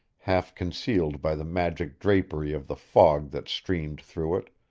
half-concealed by the magic drapery of the fog that streamed through it,